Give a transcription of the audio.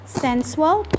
sensual